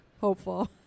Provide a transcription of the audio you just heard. Hopeful